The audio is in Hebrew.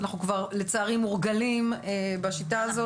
אנחנו כבר לצערי מורגלים בשיטה הזאת.